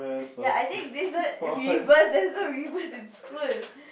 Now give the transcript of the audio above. ya I think this one reverse that's so reverse in school